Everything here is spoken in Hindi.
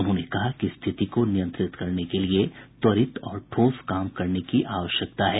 उन्होंने कहा कि स्थिति को नियंत्रित करने के लिए त्वरित और ठोस काम करने की आवश्यकता है